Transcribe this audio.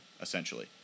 essentially